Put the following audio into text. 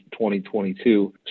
2022